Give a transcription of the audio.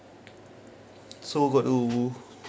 so got oh